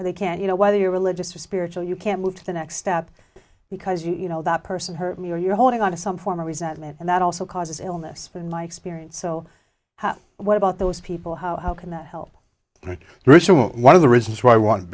where they can you know whether you're religious or spiritual you can move to the next step because you know that person heard me or you're holding on to some form of resentment and that also causes illness in my experience so what about those people how can that help ritual one of the reasons why i want to